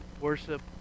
Worship